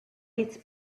eats